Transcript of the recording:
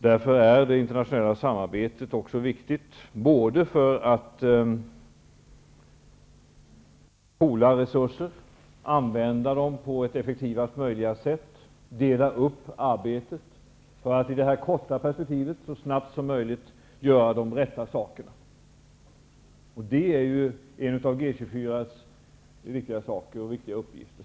Därför är också det internationella samarbetet viktigt, både för att ''poola'' resurser och använda dem på effektivast möjliga sätt och för att dela upp arbetet för att i det korta perspektivet så snabbt som möjligt göra de rätta sakerna. Det är en av G 24:s viktiga uppgifter.